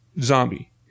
zombie